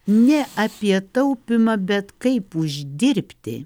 ne apie taupymą bet kaip uždirbti